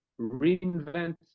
reinvent